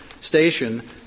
station